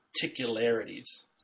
particularities